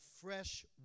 fresh